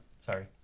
Sorry